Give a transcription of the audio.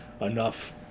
enough